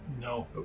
No